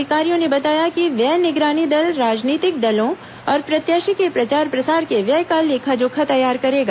अधिकारियों ने बताया कि व्यय निगरानी दल राजनीतिक दलों और प्रत्याशी के प्रचार प्रसार के व्यय का लेखा जोखा तैयार करेगा